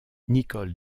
nicol